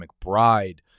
McBride